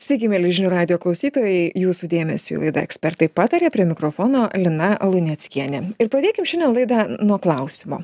sveiki mieli žinių radijo klausytojai jūsų dėmesiui laida ekspertai pataria prie mikrofono lina luneckienė ir pradėkim šiandien laidą nuo klausimo